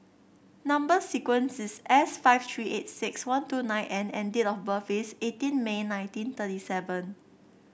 number sequence is S five three eight six one two nine N and date of birth is eighteen May nineteen thirty seven